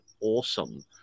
awesome